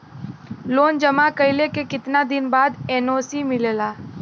Loan जमा कइले के कितना दिन बाद एन.ओ.सी मिली?